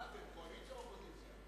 מה אתם, קואליציה או אופוזיציה?